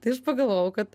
tai aš pagalvojau kad